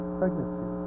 pregnancy